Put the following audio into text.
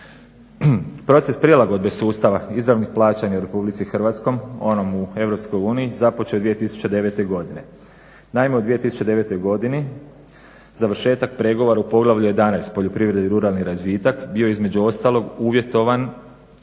Proces prilagodbe sustava izravnih plaćanja u RH, onom u EU započet 2009. godine. Naime, u 2009. godini završetak pregovora u Poglavlju 11. – Poljoprivreda i ruralni razvitak bio je između ostalog uvjetovan